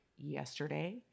yesterday